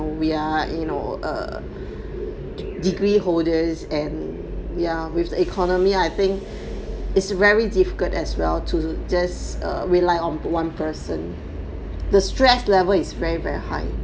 we are you know err d~ degree holders and yeah with the economy I think it's very difficult as well to just err rely on one person the stress level is very very high